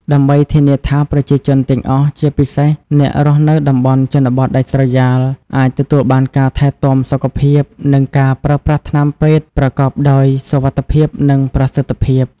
ដើម្បីធានាថាប្រជាជនទាំងអស់ ជាពិសេសអ្នករស់នៅតំបន់ជនបទដាច់ស្រយាល អាចទទួលបានការថែទាំសុខភាព និងការប្រើប្រាស់ថ្នាំពេទ្យប្រកបដោយសុវត្ថិភាព និងប្រសិទ្ធភាព។